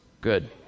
Good